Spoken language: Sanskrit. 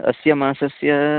अस्य मासस्य